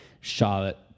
Charlotte